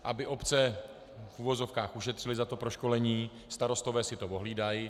Aby obce v uvozovkách ušetřily za to proškolení, starostové si to ohlídají.